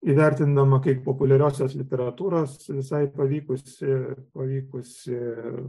įvertindama kaip populiariosios literatūros visai pavykusį pavykusį